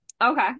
okay